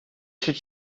should